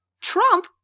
Trump